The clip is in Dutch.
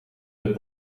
het